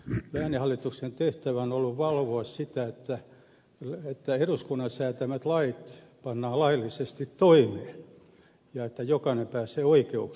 lääninhallituksen tehtävä on ollut valvoa sitä että eduskunnan säätämät lait pannaan laillisesti toimeen ja että jokainen pääsee oikeuksiinsa